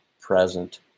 present